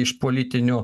iš politinių